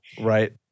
Right